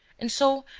and so,